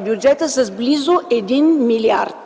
бюджета с близо 1 млрд.